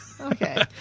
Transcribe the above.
Okay